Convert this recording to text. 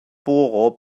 bohrer